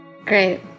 Great